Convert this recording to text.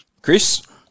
Chris